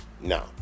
no